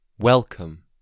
Welcome